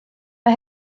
mae